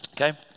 Okay